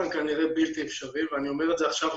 כנראה בלתי אפשריים ואני אומר את זה עכשיו,